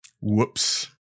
Whoops